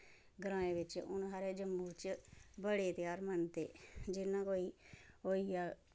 ग्राएं बिच्च हून साढ़े जम्मू बिच्च बड़े ध्यार मनदे जियां कोई होई गेआ